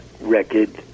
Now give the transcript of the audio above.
record